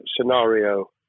scenario